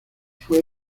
fue